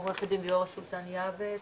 עורכת דין ליאורה סולטן יעבץ,